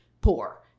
poor